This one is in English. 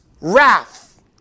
wrath